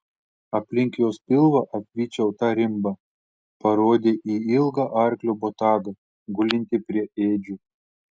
aplink jos pilvą apvyčiau tą rimbą parodė į ilgą arklio botagą gulintį prie ėdžių